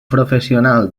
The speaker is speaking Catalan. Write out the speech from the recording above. professional